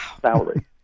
salary